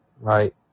right